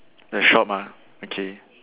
the shop ah okay